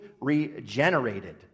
regenerated